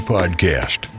Podcast